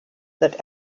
that